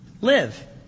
Live